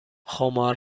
خمار